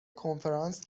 کنفرانس